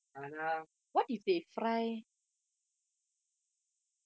ஆனா:aana